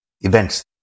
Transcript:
events